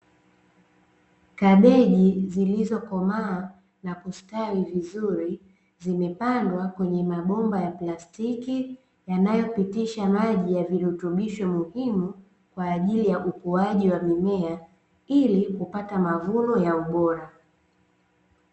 Kabeji zilizokomaa na kustawi vizuri zimepandwa kwenye mabomba ya plastiki yanayopitisha maji ya virutubisho muhimu kwa ajili ya ukuaji wa mimea ili kupata mavuno ya ubora.